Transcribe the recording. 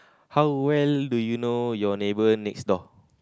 how well do you know your neighbour next door